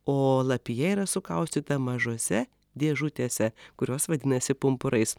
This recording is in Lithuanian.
o lapija yra sukaustyta mažose dėžutėse kurios vadinasi pumpurais